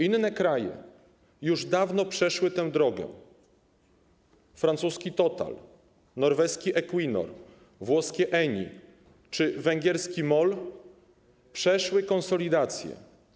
Inne kraje już dawno przeszły tę drogę - francuski Total, norweski Equinor, włoskie ENI czy węgierski MOL przeszły konsolidację.